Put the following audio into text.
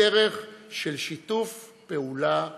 בדרך של שיתוף פעולה והידברות,